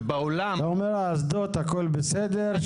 ובעולם --- אתה אומר שהכל בסדר עם האסדות,